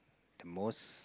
the most